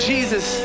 Jesus